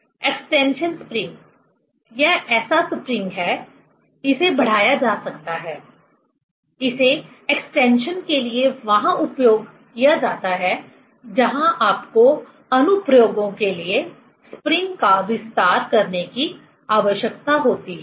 extension spring यह ऐसा spring है इसे बढ़ाया जा सकता है इसे एक्सटेंशन के लिए वहां उपयोग किया जाता है जहां आपको अनुप्रयोगों के लिए स्प्रिंग का विस्तार करने की आवश्यकता होती है